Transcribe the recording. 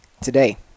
today